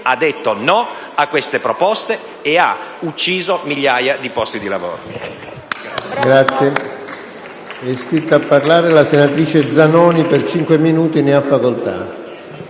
ha detto no a queste proposte e ha «ucciso» migliaia di posti di lavoro.